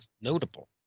notable